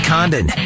Condon